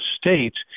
states